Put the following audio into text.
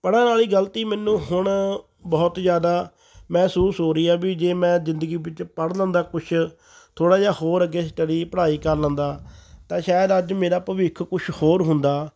ਪੜ੍ਹਨ ਵਾਲੀ ਗਲਤੀ ਮੈਨੂੰ ਹੁਣ ਬਹੁਤ ਜ਼ਿਆਦਾ ਮਹਿਸੂਸ ਹੋ ਰਹੀ ਆ ਵੀ ਜੇ ਮੈਂ ਜ਼ਿੰਦਗੀ ਵਿੱਚ ਪੜ੍ਹ ਲੈਂਦਾ ਕੁਛ ਥੋੜ੍ਹਾ ਜਿਹਾ ਹੋਰ ਅੱਗੇ ਸਟੱਡੀ ਪੜ੍ਹਾਈ ਕਰ ਲੈਂਦਾ ਤਾਂ ਸ਼ਾਇਦ ਅੱਜ ਮੇਰਾ ਭਵਿੱਖ ਕੁਛ ਹੋਰ ਹੁੰਦਾ